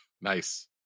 Nice